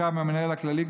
שתורכב מהמנהל הכללי,